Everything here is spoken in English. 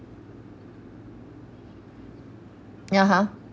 ya ha